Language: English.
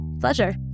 Pleasure